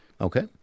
Okay